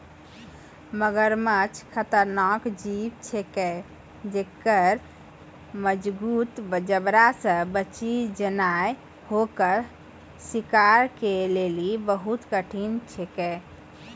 मगरमच्छ खतरनाक जीव छिकै जेक्कर मजगूत जबड़ा से बची जेनाय ओकर शिकार के लेली बहुत कठिन छिकै